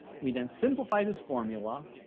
we then simplify this formula.